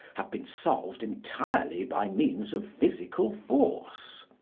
have been solved entirely by means of physical force.